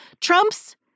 Trump's